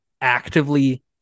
actively